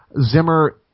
Zimmer